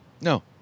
No